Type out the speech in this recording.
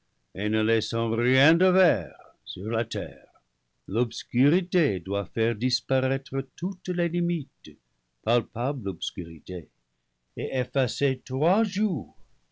et ne laissant rien de vert sur la terre l'obscu rité doit faire disparaître toutes les limites palpable obscurité et effacer trois jours